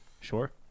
Sure